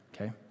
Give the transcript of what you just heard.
Okay